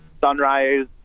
sunrise